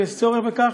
ויש צורך בכך,